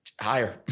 higher